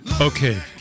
Okay